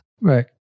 Right